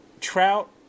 Trout